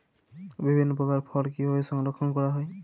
বিভিন্ন প্রকার ফল কিভাবে সংরক্ষণ করা হয়?